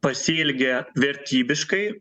pasielgė vertybiškai